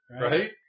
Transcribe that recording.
Right